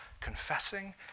confessing